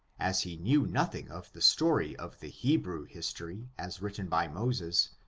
as he knew nothing of the story of the hebrew history, as written by moses,